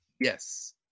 yes